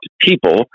people